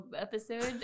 episode